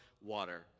water